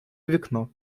вікно